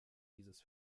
dieses